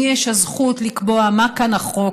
למי יש הזכות לקבוע מה כאן החוק